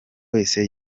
wese